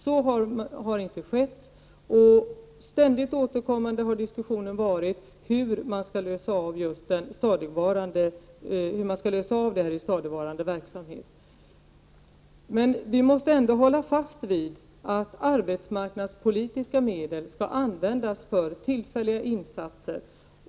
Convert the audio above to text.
Så har inte skett, och ständigt återkommande har diskussionen varit hur man skulle kunna gå över till stadigvarande verksamhet. Vi måste ändå hålla fast vid att arbetsmarknadspolitiska medel skall användas för tillfälliga insatser.